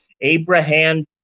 Abraham